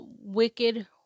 wicked